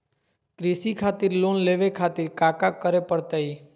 कृषि खातिर लोन लेवे खातिर काका करे की परतई?